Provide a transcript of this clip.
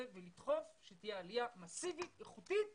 ולדחוף לכך שתהיה עלייה מסיבית ואיכותית